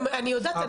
אני יודעת,